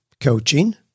coaching